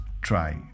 try